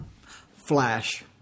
Flash